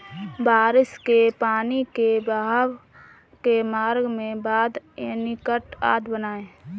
बारिश के पानी के बहाव के मार्ग में बाँध, एनीकट आदि बनाए